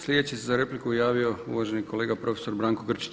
Sljedeći se za repliku javio uvaženi kolega profesor Branko Grčić.